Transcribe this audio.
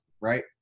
right